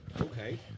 Okay